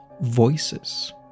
voices